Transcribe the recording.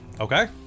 Okay